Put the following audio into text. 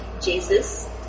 Jesus